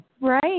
Right